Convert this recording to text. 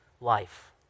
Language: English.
life